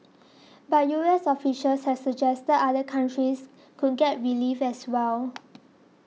but U S officials have suggested other countries could get relief as well